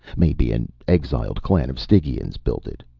maybe an exiled clan of stygians built it.